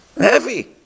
Heavy